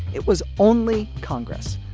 it was only congress.